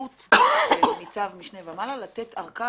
הסמכות של ניצב משנה ומעלה לתת ארכה,